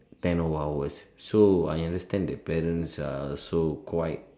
ten over hours so I understand that parents are also quite